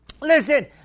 Listen